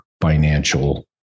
financial